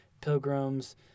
pilgrims